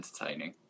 entertaining